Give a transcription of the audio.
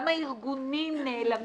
גם הארגונים נעלמים ונאלמים.